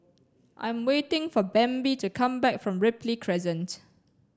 I'm waiting for Bambi to come back from Ripley Crescent